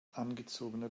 angezogene